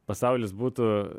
pasaulis būtų